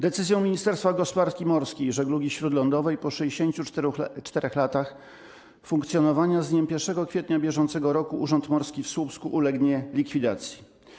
Decyzją Ministerstwa Gospodarki Morskiej i Żeglugi Śródlądowej po 64 latach funkcjonowania z dniem 1 kwietnia br. Urząd Morski w Słupsku ulegnie likwidacji.